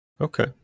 Okay